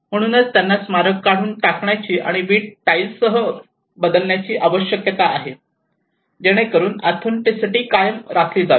म्हणून त्यांना स्मारक काढून टाकण्याची आणि वीट टाईल्स सह बदलण्याची आवश्यकता आहे जेणेकरून ऑथेन्टीसिटी कायम राखली जावी